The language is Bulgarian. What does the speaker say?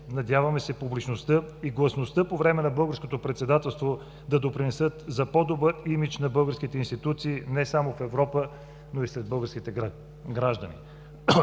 Надяваме се публичността и гласността по време на българското председателство да допринесат за по-добър имидж на българските институции не само в Европа, но и сред българските граждани.